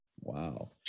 Wow